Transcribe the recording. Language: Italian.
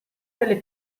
delle